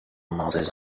mothers